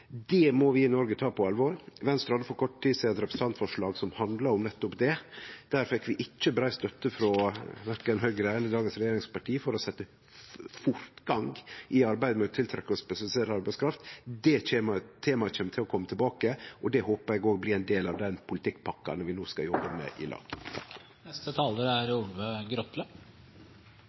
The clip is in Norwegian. Det må vi i Noreg ta på alvor. Venstre hadde for kort tid sidan eit representantforslag som handla om nettopp det. Der fekk vi ikkje brei støtte frå korkje Høgre eller dagens regjeringsparti for å setje fortgang i arbeidet med å tiltrekkje oss spesialisert arbeidskraft. Det temaet kjem til å kome tilbake, og det håper eg òg blir ein del av politikkpakkane vi no skal jobbe med i lag. Først vil eg òg seie at eg synest det er